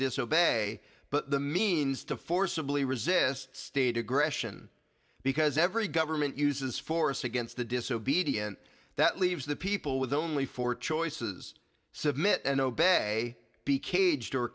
disobey but the means to forcibly resist state aggression because every government uses force against the disobedient that leaves the people with only four choices submit and obey be caged or